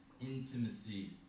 intimacy